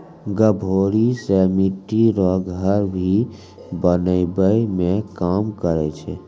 गभोरी से मिट्टी रो घर भी बनाबै मे काम करै छै